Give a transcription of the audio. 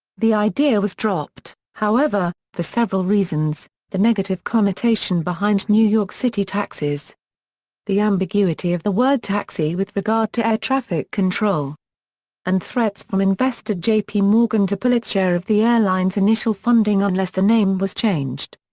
the idea was dropped, however, for several reasons the negative connotation behind new york city taxis the ambiguity of the word taxi with regard to air traffic control and threats from investor jp morgan to pull its share of the airline's initial funding unless the name was changed.